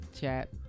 chat